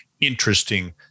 interesting